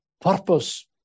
purpose